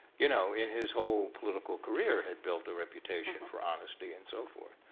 you know, in his whole political career had built a reputation for honesty and so forth.